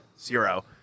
Zero